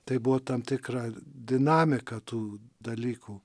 tai buvo tam tikra dinamika tų dalykų